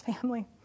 family